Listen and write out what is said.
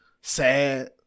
sad